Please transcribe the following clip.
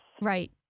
Right